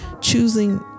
choosing